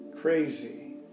crazy